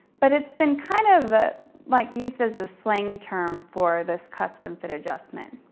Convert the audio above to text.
but it's been kind of like used as a slang term for this custom fit adjustment.